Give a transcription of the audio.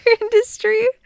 industry